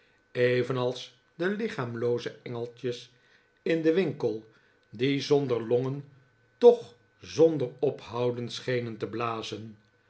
evenals de lichaamlooze engeltjes in den winkel die zonder longen toch zonder ophouden schenen te blazen